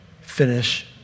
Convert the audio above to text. Finish